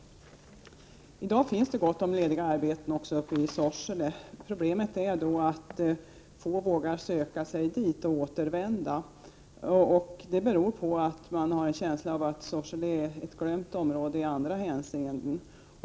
I dag finns det gott om lediga arbeten också uppe i Sorsele. Problemet är att få vågar söka sig dit. Det beror på att människor har en känsla av att Sorsele är ett glömt område i andra hänseenden.